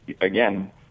again